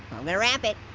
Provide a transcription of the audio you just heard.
gonna ramp it,